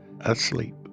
asleep